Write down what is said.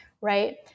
right